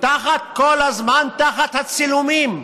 כל הזמן תחת הצילומים.